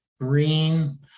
green